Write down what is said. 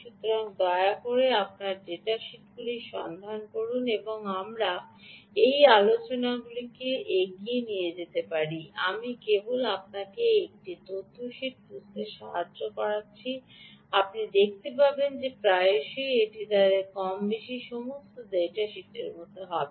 সুতরাং দয়া করে আপনার ডেটা শিটগুলি সন্ধান করুন এবং আমরা এই আলোচনাটিকে এগিয়ে নিয়ে যেতে পারি আমি কেবল আপনাকে একটি তথ্য শীট বুঝতে সাহায্য করছি আপনি দেখতে পাবেন যে প্রায়শই এটি তাদের কমবেশি সমস্ত ডেটা শিটের মতো হবে